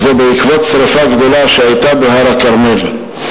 וזה בעקבות שרפה גדולה שהיתה בהר הכרמל.